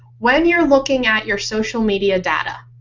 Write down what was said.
when you're looking at your social media data.